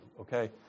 okay